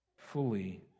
Fully